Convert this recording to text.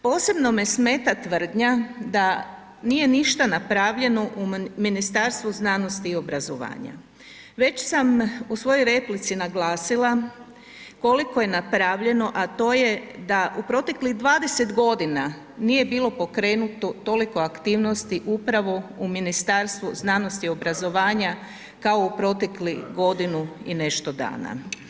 Posebno me smeta tvrdnja da nije ništa napravljeno u Ministarstvu znanosti i obrazovanja, već sam u svojoj replici naglasila koliko je napravljeno, a to je da u proteklih 20 godina nije bilo pokrenuto toliko aktivnosti upravo u Ministarstvu znanosti i obrazovanja kao u proteklih godinu i nešto dana.